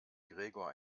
gregor